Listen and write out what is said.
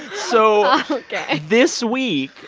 so this week,